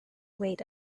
wait